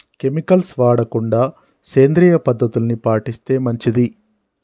chemicals వాడకుండా సేంద్రియ పద్ధతుల్ని పాటిస్తే మంచిది